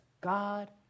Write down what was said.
God